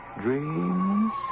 dreams